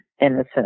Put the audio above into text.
innocent